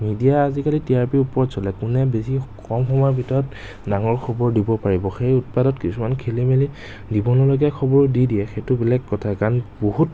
media আজিকালি T R পিৰ ওপৰত চলে কোনে বেছি কম সময়ৰ ভিতৰত ডাঙৰ খবৰ দিব পাৰিব সেই উৎপাতত কিছুমান খেলি মেলি দিব নল'গা খবৰ দি দিয়ে সেইটো বেলেগ কথা কাৰণ বহুত